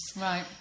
Right